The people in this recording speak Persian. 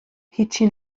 هیچچی